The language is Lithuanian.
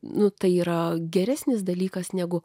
nu tai yra geresnis dalykas negu